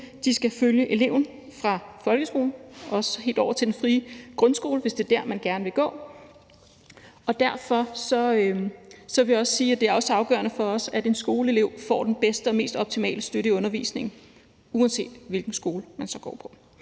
skal følge eleven både i folkeskolen og den frie grundskole, hvis det er der, man gerne vil gå. Derfor vil jeg også sige, at det er afgørende for os, at en skoleelev får den bedste og mest optimale støtte i undervisningen, uanset hvilken skole eleven så går på.